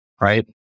right